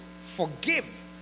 Forgive